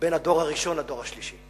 בין הדור הראשון לדור השלישי.